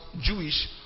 Jewish